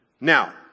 Now